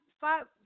five